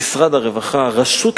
סעיף ירושלים והפליטים, זה לוויכוח,